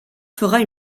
fera